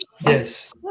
Yes